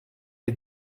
est